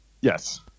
Yes